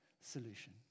solution